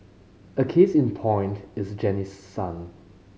a case in point is Janice's son